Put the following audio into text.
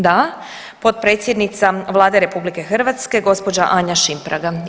Da, potpredsjednica Vlade RH gospođa Anja Šimpraga.